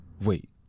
Wait